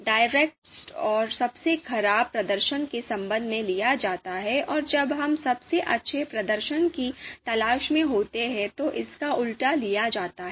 direct को सबसे खराब प्रदर्शन के संबंध में लिया जाता है और जब हम सबसे अच्छे प्रदर्शन की तलाश में होते हैं तो इसका उलटा लिया जाता है